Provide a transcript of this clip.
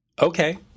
Okay